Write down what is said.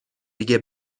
دیگه